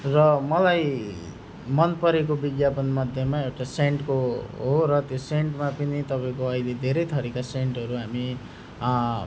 र मलाई मनपरेको विज्ञापन मध्येमा एउटा सेन्टको हो र त्यो सेन्टमा पनि तपाईँको अहिले धेरै थरिका सेन्टहरू हामी